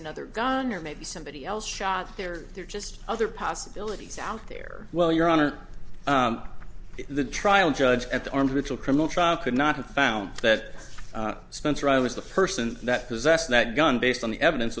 another gun or maybe somebody else shot there there are just other possibilities out there well your honor the trial judge at the armed ritual criminal trial could not have found that spencer i was the person that possessed that gun based on the evidence